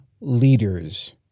leaders